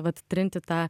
vat trinti tą